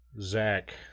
Zach